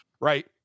right